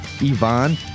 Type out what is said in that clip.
Yvonne